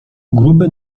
gruby